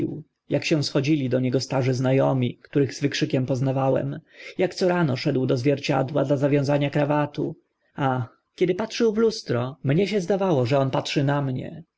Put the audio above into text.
ak się schodzili do niego starzy zna omi których z wykrzykiem poznawałem ak co rano szedł do zwierciadła dla zawiązania krawatu ach kiedy patrzył w lustro mnie się zdawało że on patrzy na mnie